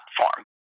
platform